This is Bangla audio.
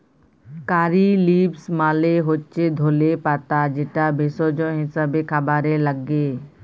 কারী লিভস মালে হচ্যে ধলে পাতা যেটা ভেষজ হিসেবে খাবারে লাগ্যে